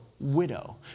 widow